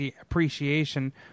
appreciation